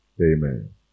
Amen